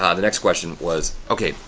ah the next question was, okay,